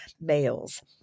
males